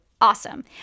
awesome